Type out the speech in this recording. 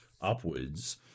upwards